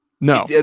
No